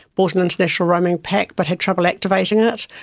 bought an international roaming pack but had trouble activating it.